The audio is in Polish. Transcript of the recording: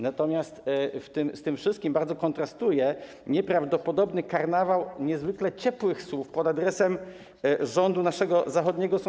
Natomiast z tym wszystkim bardzo kontrastuje nieprawdopodobny karnawał niezwykle ciepłych słów pod adresem rządu naszego zachodniego sąsiada.